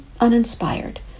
uninspired